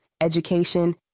education